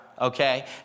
Okay